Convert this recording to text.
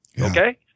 Okay